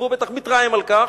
והוא בטח מתרעם על כך,